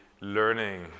learning